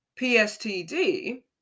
PSTD